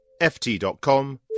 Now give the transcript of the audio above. ft.com